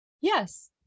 Yes